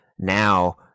Now